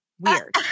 Weird